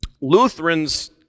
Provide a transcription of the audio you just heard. Lutherans